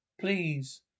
Please